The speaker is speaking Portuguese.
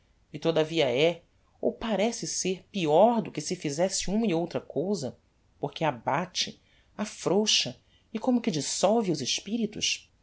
e todavia é ou parece ser peior do que se fizesse uma e outra cousa porque abate afrouxa e como que dissolve os espiritos